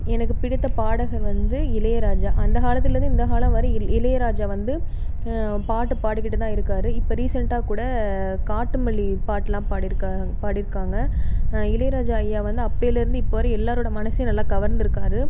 எனக்கு பிடித்த பாடகர் வந்து இளையராஜா அந்த காலத்துலேந்து இந்த காலம் வரை இளைய இளையராஜா வந்து பாட்டு பாடிக்கிட்டு தான் இருக்கார் இப்போ ரீசென்ட்டாக கூட காட்டுமல்லி பாட்டெலாம் பாடியிர்க்கா பாடியிருக்காங்க அன் இளையராஜா ஐயா வந்து அப்போயிலேந்து இப்போ வரையும் எல்லோரோட மனதையும் வந்து கவர்ந்திருக்காரு